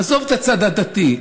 עזוב את הצד הדתי.